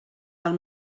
del